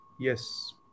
Yes